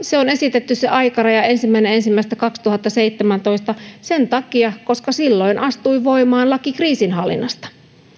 on esitetty aikaraja ensimmäinen ensimmäistä kaksituhattaseitsemäntoista sen takia koska silloin astui voimaan laki kriisinhallinnasta